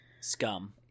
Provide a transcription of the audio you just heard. scum